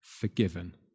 forgiven